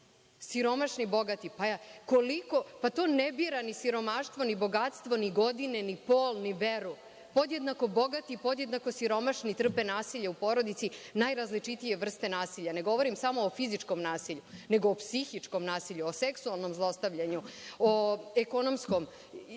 i bogati. To ne bira ni siromaštvo, ni bogatstvo, ni godine, ni pol, ni veru. Podjednako bogati i podjednako siromašni trpe nasilje u porodici, najrazličitije vrste nasilja. Ne govorim samo o fizičkom nasilju, nego o psihičkom nasilju, o seksualnom zlostavljanju, o ekonomskom